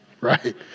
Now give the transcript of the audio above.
Right